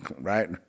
right